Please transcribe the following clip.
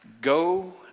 go